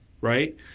right –